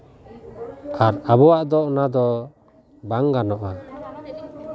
ᱟᱨ ᱟᱵᱚᱣᱟᱜ ᱫᱚ ᱚᱱᱟ ᱫᱚ ᱵᱟᱝ ᱜᱟᱱᱚᱜᱼᱟ